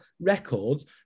records